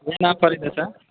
ಏನು ಆಫರಿದೆ ಸ